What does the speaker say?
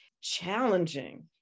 challenging